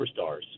superstars